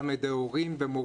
גם על ידי ההורים ומורים,